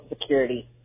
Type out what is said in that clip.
Security